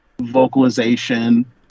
vocalization